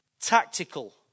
tactical